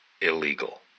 illegal